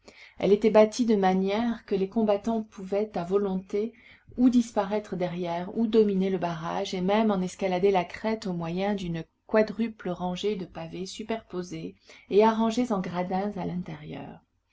elle était bâtie de manière que les combattants pouvaient à volonté ou disparaître derrière ou dominer le barrage et même en escalader la crête au moyen d'une quadruple rangée de pavés superposés et arrangés en gradins à l'intérieur